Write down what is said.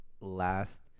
last